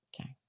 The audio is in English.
Okay